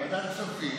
ועדת כספים.